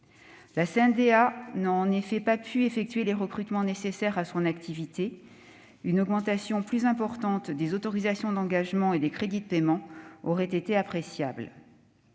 celle-ci n'a pas pu effectuer les recrutements nécessaires à son activité. À cet égard, une augmentation plus importante des autorisations d'engagement et des crédits de paiement aurait été appréciable.